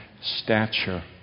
stature